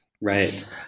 right